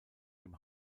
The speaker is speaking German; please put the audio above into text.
dem